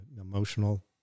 emotional